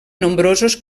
nombrosos